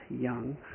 young